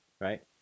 right